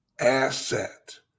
asset